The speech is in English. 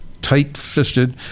tight-fisted